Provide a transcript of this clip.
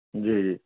جی جی